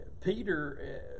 Peter